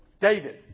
David